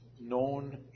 known